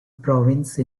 province